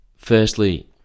firstly